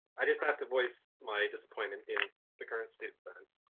i just have to voice my disappointment in the current state of things.